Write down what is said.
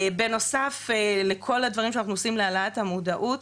בנוסף לכל הדברים שאנחנו עושים להעלאת המודעות,